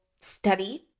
study